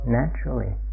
naturally